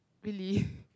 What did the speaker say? really